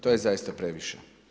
To je zaista previše.